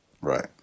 Right